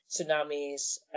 tsunamis